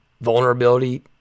vulnerability